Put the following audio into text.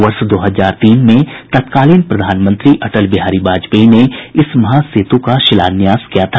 वर्ष दो हजार तीन में तत्कालीन प्रधानमंत्री अटल बिहारी वाजपेयी ने इस महासेतु का शिलान्यास किया था